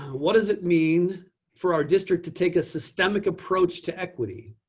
what does it mean for our district to take a systemic approach to equity?